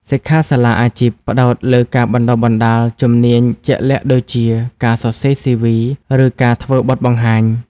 សិក្ខាសាលាអាជីព ផ្តោតលើការបណ្តុះបណ្តាលជំនាញជាក់លាក់ដូចជាការសរសេរ CV ឬការធ្វើបទបង្ហាញ។